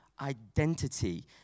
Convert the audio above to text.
identity